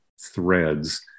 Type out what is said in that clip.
threads